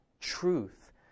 truth